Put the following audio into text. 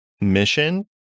mission